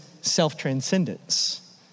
self-transcendence